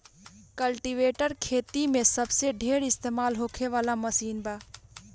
cultivator खेती मे सबसे ढेर इस्तमाल होखे वाला मशीन बा